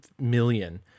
million